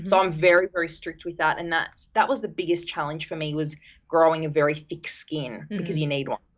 um very, very strict with that and that that was the biggest challenge for me was growing a very thick skin because you need one.